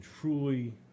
truly